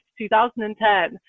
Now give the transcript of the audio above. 2010